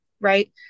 right